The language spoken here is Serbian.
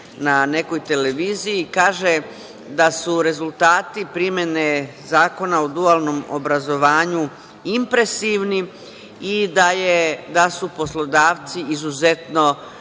na nekoj televiziji, kaže da su rezultati primene Zakona o dualnom obrazovanju impresivni i da su poslodavci izuzetno